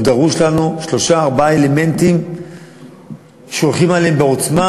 דרושים לנו שלושה אלמנטים שהולכים עליהם בעוצמה,